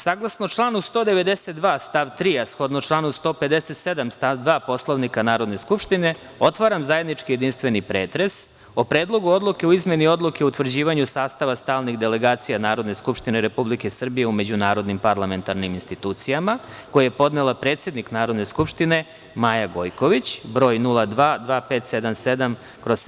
Saglasno članu 192. stav 3. a shodno članu 157. stav 2. Poslovnika Narodne skupštine, otvaram zajednički jedinstveni pretres o Predlogu odluke o izmeni Odluke o utvrđivanju sastava stalnih delegacija Narodne skupštine Republike Srbije u međunarodnim parlamentarnim institucijama, koji je podnela predsednik Narodne skupštine Maja Gojković, broj 02-2577/